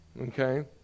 okay